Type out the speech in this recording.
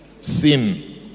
sin